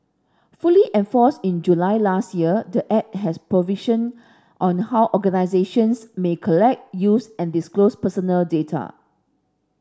fully enforced in July last year the Act has provision on how organisations may collect use and disclose personal data